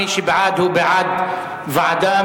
מי שבעד, הוא בעד ועדה.